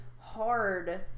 hard